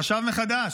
חשב מחדש,